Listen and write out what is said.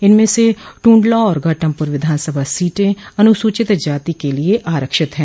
इनमें से ट्रंडला और घाटमपुर विधानसभा सीटें अनुसूचित जाति के लिये आरक्षित है